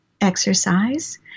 exercise